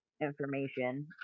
information